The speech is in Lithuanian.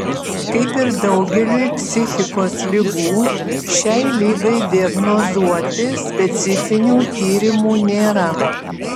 kaip ir daugeliui psichikos ligų šiai ligai diagnozuoti specifinių tyrimų nėra